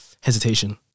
hesitation